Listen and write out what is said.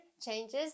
changes